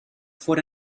for